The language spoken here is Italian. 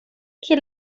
che